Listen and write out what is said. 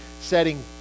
setting